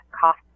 cost